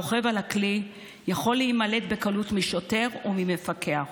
הרוכב על הכלי יכול להימלט בקלות משוטר וממפקח.